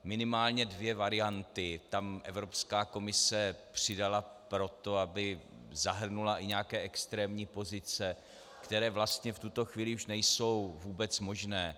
Minimálně dvě varianty tam Evropská komise přidala proto, aby zahrnula i nějaké extrémní pozice, které vlastně v tuto chvíli už nejsou vůbec možné.